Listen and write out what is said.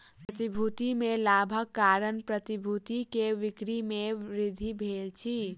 प्रतिभूति में लाभक कारण प्रतिभूति के बिक्री में वृद्धि भेल अछि